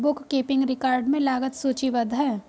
book keeping record में लागत सूचीबद्ध है